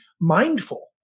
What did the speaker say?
mindful